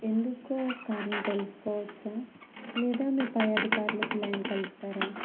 ఎందుకో కారణం తెలుసుకోవచ్చా లేదా మీ పై అధికారులకు లైన్ కలుపుతారా